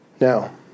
Now